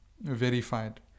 verified